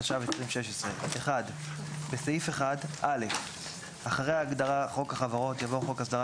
התשע"ו-2016 בסעיף 1 - אחרי ההגדרה "חוק החברות" יבוא: ""חוק הסדרת